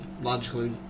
logically